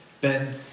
Ben